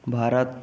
Bharat